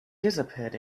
disappeared